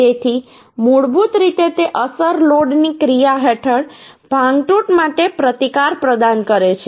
તેથી મૂળભૂત રીતે તે અસર લોડની ક્રિયા હેઠળ ભાંગતૂટ માટે પ્રતિકાર પ્રદાન કરે છે